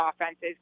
offenses